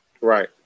Right